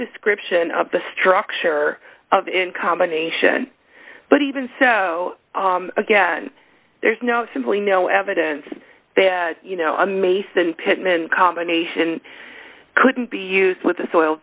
description of the structure of in combination but even so again there's no simply no evidence that you know a mason pitman combination couldn't be used with the soil